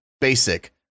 Basic